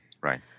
Right